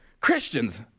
Christians